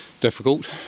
difficult